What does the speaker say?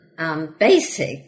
Basic